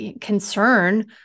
concern